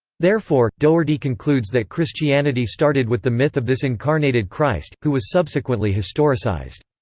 therefore, doherty concludes that christianity started with the myth of this incarnated christ, who was subsequently historicised.